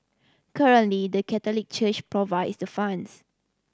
currently the Catholic Church provides the funds